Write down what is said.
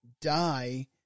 die